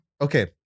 okay